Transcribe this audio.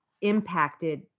impacted